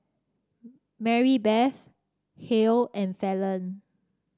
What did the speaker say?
Marybeth Hal and Fallon